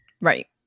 Right